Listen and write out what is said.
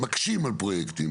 שמקשים על פרויקטים,